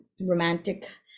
romantic